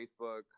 Facebook